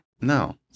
No